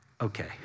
okay